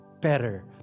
better